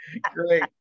great